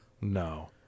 no